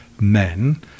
men